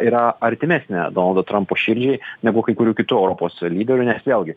yra artimesnė donaldo trampo širdžiai negu kai kurių kitų europos lyderių nes vėlgi